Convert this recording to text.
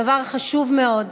הדבר חשוב מאוד.